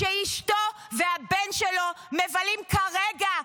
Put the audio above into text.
שאשתו והבן שלו מבלים כרגע,